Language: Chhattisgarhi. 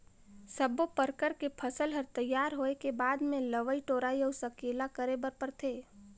सब्बो परकर के फसल हर तइयार होए के बाद मे लवई टोराई अउ सकेला करे बर परथे